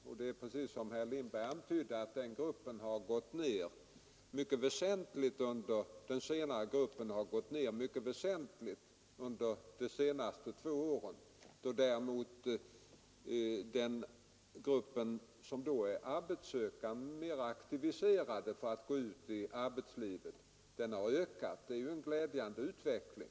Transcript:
Och som herr Lindberg framhöll har den gruppen gått ned mycket väsentligt under de senaste två åren, medan däremot den grupp som är mera aktiviserad när det gäller att gå ut i arbetslivet har ökat. Det är ju en glädjande utveckling.